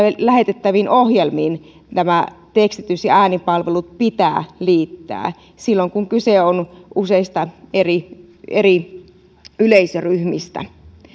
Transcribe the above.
lähetettäviin ohjelmiin nämä tekstitys ja äänipalvelut pitää liittää silloin kun kyse on useista eri eri yleisöryhmistä